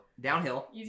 Downhill